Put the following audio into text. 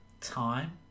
time